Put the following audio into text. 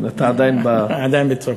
אתה עדיין, עדיין בצום.